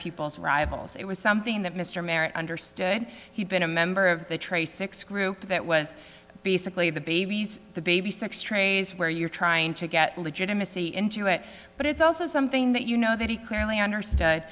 people's rivals it was something that mr merrett understood he'd been a member of the trey six group that was basically the babies the baby six trays where you're trying to get legitimacy into it but it's also something that you know that he clearly understood